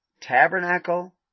tabernacle